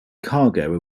cargo